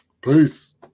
Peace